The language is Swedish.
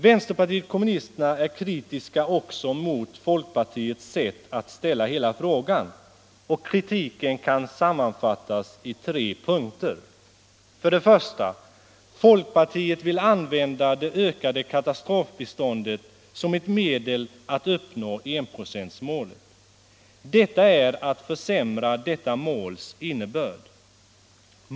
Vpk är kritiskt också mot folkpartiets sätt att ställa hela frågan, och kritiken kan sammanfattas i tre punkter: 1. Folkpartiet vill använda det ökade katastrofbiståndet som ett medel att uppnå enprocentsmålet. Detta är att försämra detta måls innebörd.